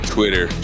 Twitter